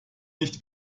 nicht